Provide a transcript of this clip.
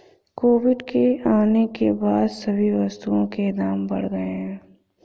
Covid के आने के बाद सभी वस्तुओं के दाम बढ़ गए हैं